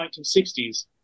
1960s